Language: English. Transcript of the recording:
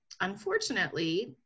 unfortunately